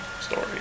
story